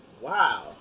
Wow